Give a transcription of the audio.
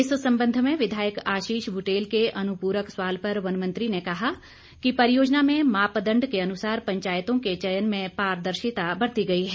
इस संबंध में विधायक आशीष बुटेल के अनुपूरक सवाल पर वन मंत्री ने कहा कि परियोजना में मापदंड के अनुसार पंचायतों के चयन में पारदर्शिता बरती गई है